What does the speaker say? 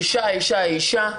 אישה היא אישה היא אישה,